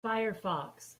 firefox